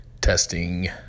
testing